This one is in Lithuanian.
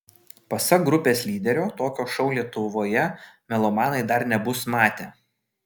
pasak grupės lyderio tokio šou lietuvoje melomanai dar nebus matę